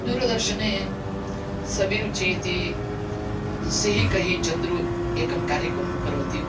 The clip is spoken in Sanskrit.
दूरदर्शने सविरूचि इति सी हि कहि चन्द्रु एकं कार्यकं करोति